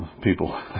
People